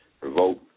revolt